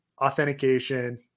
authentication